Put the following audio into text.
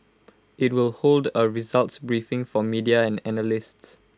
IT will hold A results briefing for media and analysts